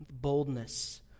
Boldness